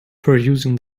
perusing